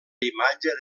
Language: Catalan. imatge